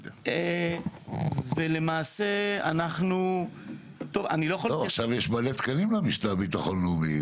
עכשיו, יש מלא תקנים לביטחון לאומי.